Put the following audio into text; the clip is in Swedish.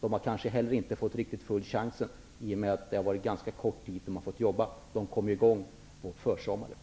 De har kanske inte heller riktigt fått chansen, i och med att de har fått jobba under ganska kort tid -- de kom i gång på försommaren.